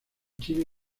china